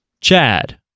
Chad